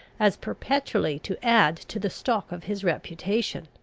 as perpetually to add to the stock of his reputation.